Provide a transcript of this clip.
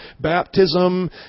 baptism